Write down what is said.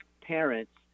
parents